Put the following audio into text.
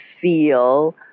feel